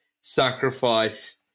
sacrifice